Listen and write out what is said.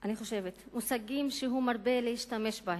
אני מזמין את חברת הכנסת חנין זועבי.